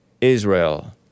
Israel